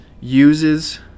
uses